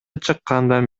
чыккандан